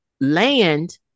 land